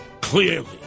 clearly